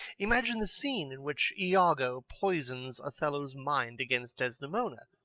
imagine the scene in which iago poisons othello's mind against desdemona,